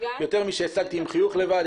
יותר משהשגתי עם חיוך לבד,